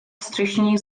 střešních